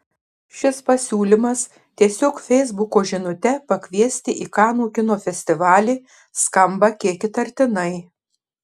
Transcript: šis pasiūlymas tiesiog feisbuko žinute pakviesti į kanų kino festivalį skamba kiek įtartinai